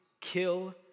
kill